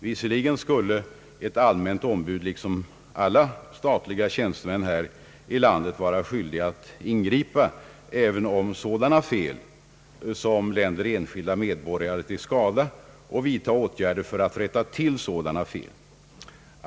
Visserligen skulle ett allmänt ombud liksom alla statliga tjänstemän här i landet vara skyldigt att ingripa även mot sådana fel som länder enskilda medborgare till skada och vidta åtgärder för att rätta till sådana fel.